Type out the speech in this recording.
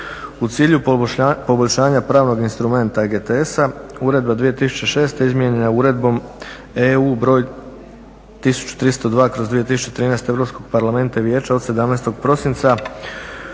U cilju poboljšanja pravnog instrumenta EGTS-a uredba 2006.izmjenjena je Uredbom EU broj 1302/2013. Europskog Parlamenta i Vijeća od 17. prosinca